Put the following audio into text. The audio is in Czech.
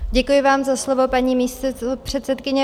Děkuji vám za slovo, paní místopředsedkyně.